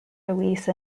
release